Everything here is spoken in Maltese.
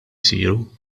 isiru